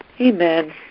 Amen